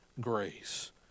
grace